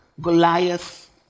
Goliath